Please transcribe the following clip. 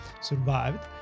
survived